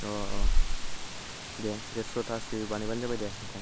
अ' अ' दे देरश'थासो बानायबानो जाबाय दे नोंथां